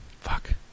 Fuck